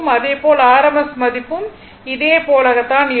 அதேபோல் RMS மதிப்பும் இதே போலத்தான் இருக்கும்